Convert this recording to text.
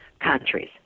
countries